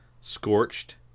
Scorched